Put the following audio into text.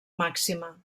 màxima